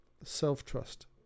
self-trust